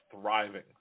thriving